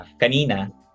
kanina